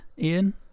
Ian